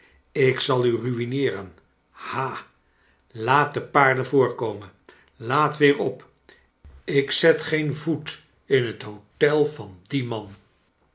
ik zal u rui'neeren ha laat de paarden voorkomen laadt weer op ik zet geen voet in het hotel van dien man